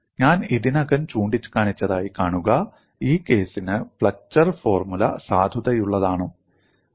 ഞാൻ ഇതിനകം ചൂണ്ടിക്കാണിച്ചതായി കാണുക ഈ കേസിന് ഫ്ലെക്ചർ ഫോർമുല സാധുതയുള്ളതാണോ